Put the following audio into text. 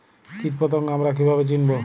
কীটপতঙ্গ আমরা কীভাবে চিনব?